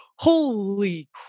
Holy